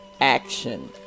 action